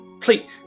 Please